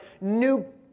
new